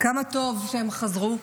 כמה טוב שהם חזרו.